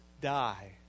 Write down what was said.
die